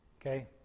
Okay